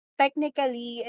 technically